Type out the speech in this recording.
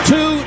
Two